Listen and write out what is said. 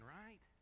right